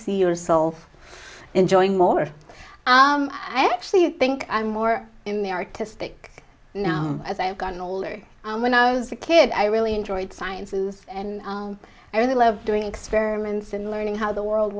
see yourself enjoying more i actually think i'm more in the artistic now as i've gotten older and when i was a kid i really enjoyed sciences and i really love doing experiments and learning how the world